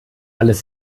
alles